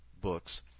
books